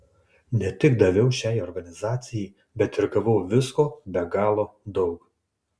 ne tik daviau šiai organizacijai bet ir gavau visko be galo daug